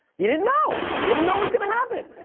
you didn't know, you didn't know it was gonna happen.